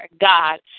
God